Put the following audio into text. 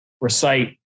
recite